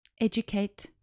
educate